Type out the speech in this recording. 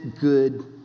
good